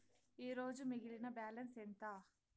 ఈరోజు మిగిలిన బ్యాలెన్స్ ఎంత?